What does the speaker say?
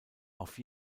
auf